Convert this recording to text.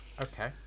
Okay